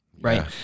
Right